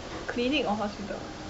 clinic or hospital